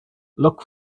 look